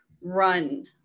run